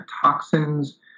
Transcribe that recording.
toxins